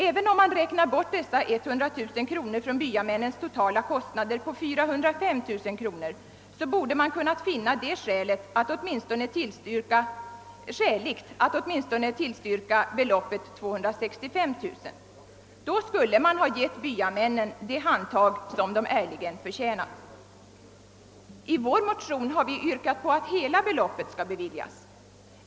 även om man räknar bort dessa 100 000 kronor från byamännens totala kostnader på 405000 kronor, borde man kunna finna det skäligt att åtminstone tillstyrka beloppet 265 000 kronor. Då skulle man ha gett byamännen det handtag som de ärligen förtjänat. I vår motion har vi yrkat på att hela beloppet skall beviljas.